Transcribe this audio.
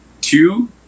two